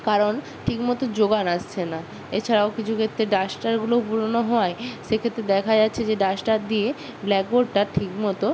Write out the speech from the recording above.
কারণ ঠিকমতো জোগান আসছে না এছাড়াও কিছু ক্ষেত্রে ডাস্টারগুলোও পুরোনো হওয়ায় সেক্ষেত্রে দেখা যাচ্ছে যে ডাস্টার দিয়ে ব্ল্যাক বোর্ডটা ঠিকমতো